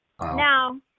now